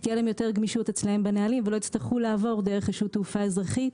ותהיה להם יותר גמישות בנהלים ולא יצטרכו לעבור דרך רשות תעופה אזרחית